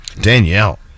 Danielle